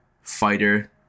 fighter